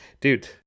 dude